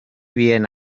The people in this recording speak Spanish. bien